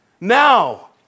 Now